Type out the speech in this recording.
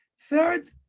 Third